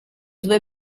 due